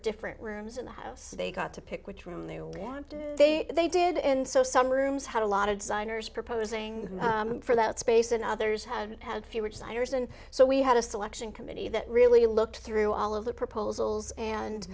different rooms in the house they got to pick which room they wanted they they did and so some rooms had a lot of designers proposing for that space and others had had fewer designers and so we had a selection committee that really looked through all of the proposals and